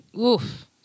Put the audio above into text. Oof